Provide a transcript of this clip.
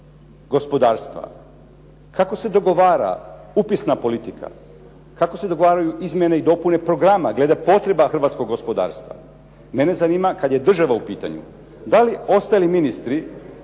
gospodarstva? Kako se dogovara upisna politika? Kako se dogovaraju izmjene i dopune programa glede potreba hrvatskog gospodarstva? Mene zanima kad je država u pitanju da li ostali ministri